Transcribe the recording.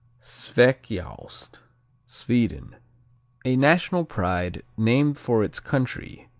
sveciaost sweden a national pride, named for its country,